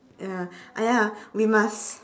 ya !aiya! we must